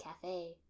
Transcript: cafe